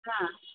ஆ